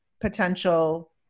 potential